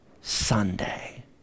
Sunday